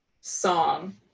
song